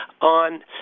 on